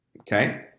Okay